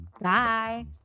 Bye